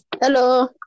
Hello